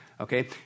okay